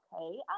okay